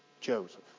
Joseph